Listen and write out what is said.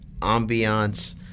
ambiance